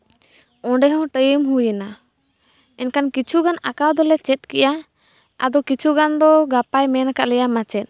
ᱚᱸᱰᱮᱦᱚᱸ ᱴᱟᱹᱭᱤᱢ ᱦᱩᱭᱮᱱᱟ ᱮᱱᱠᱷᱟᱱ ᱠᱤᱪᱷᱩᱜᱟᱱ ᱟᱸᱠᱟᱣ ᱫᱚᱞᱮ ᱪᱮᱫ ᱠᱮᱜᱼᱟ ᱟᱫᱚ ᱠᱤᱪᱷᱩᱜᱟᱱ ᱫᱚ ᱜᱟᱯᱟᱭ ᱢᱮᱱᱠᱟᱫ ᱞᱮᱭᱟ ᱢᱟᱪᱮᱫ